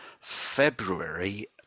February